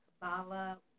Kabbalah